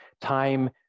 Time